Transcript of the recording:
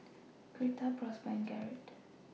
Girtha Prosper and Garrett